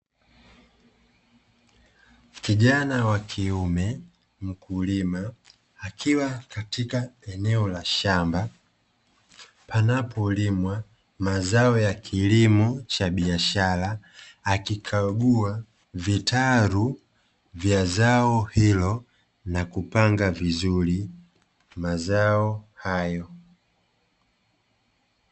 Kijana wa kiume, mkulima, akiwa katika eneo la shamba panapolimwa mazao ya kilimo cha biashara. Akikagua vitaru vya zao hilo na kupanga vizuri mazao hayo.